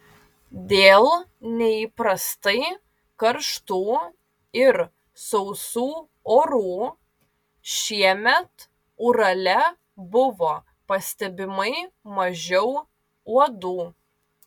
dėl neįprastai karštų ir sausų orų šiemet urale buvo pastebimai mažiau uodų